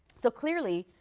so clearly,